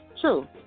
True